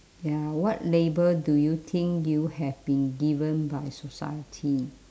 ya what label do you think you have been given by society